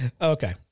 Okay